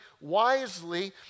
wisely